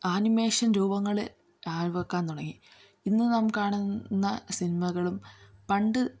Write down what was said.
animation രൂപങ്ങളില് കാലുവയ്ക്കാൻ തുടങ്ങി ഇന്ന് നാം കാണുന്ന സിനിമകളും പണ്ട്